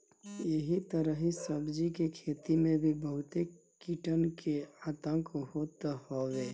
एही तरही सब्जी के खेती में भी बहुते कीटन के आतंक होत हवे